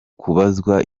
kubazwa